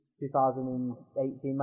2018